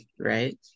right